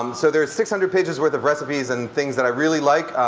um so there's six hundred pages worth of recipes and things that i really like.